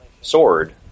sword